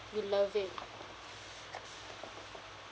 we love it